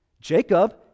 Jacob